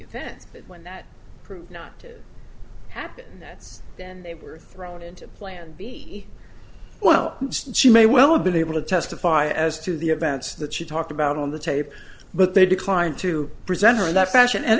events but when that proved not to happen that's then they were thrown into plan b well she may well have been able to testify as to the events that she talked about on the tape but they declined to present her in that fashion and